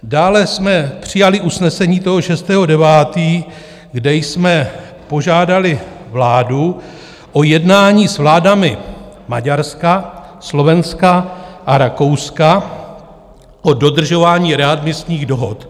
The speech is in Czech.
Dále jsme přijali usnesení 6. 9., kde jsme požádali vládu o jednání s vládami Maďarska, Slovenska a Rakouska o dodržování readmisních dohod.